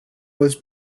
was